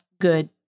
good